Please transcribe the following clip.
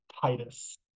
Titus